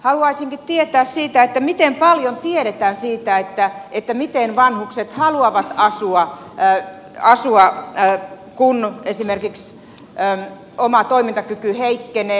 haluaisinkin tietää siitä miten paljon tiedetään siitä miten vanhukset haluavat asua kun esimerkiksi oma toimintakyky heikkenee